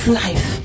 life